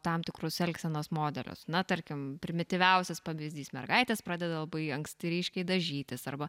tam tikrus elgsenos modelius na tarkim primityviausias pavyzdys mergaitės pradeda labai anksti ryškiai dažytis arba